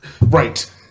Right